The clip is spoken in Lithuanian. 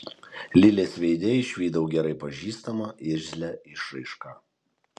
lilės veide išvydau gerai pažįstamą irzlią išraišką